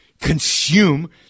consume